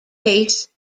case